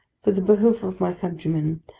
for the behoof of my countrymen,